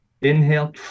inhale